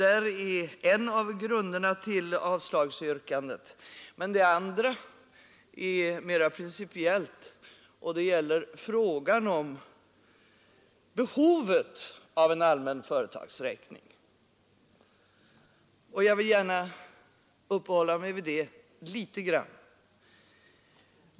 En andra invändning är mera principiell och gäller behovet av en allmän företagsräkning. Jag vill gärna uppehålla mig vid det litet grand.